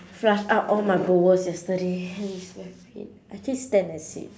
flush out all my bowels yesterday it's very pain I keep stand and sit